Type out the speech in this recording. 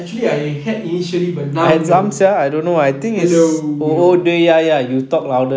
actually I had initially but now no hello no